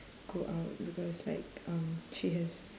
go out because like um she has